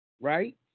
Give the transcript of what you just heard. Right